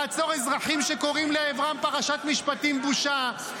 לעצור אזרחים שקוראים לעברם "פרשת משפטים בושה",